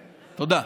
תודה.